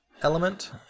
element